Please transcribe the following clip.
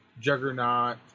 Juggernaut